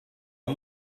amb